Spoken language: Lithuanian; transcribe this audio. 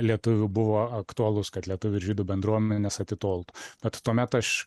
lietuvių buvo aktualus kad lietuvių ir žydų bendruomenės atitoltų bet tuomet aš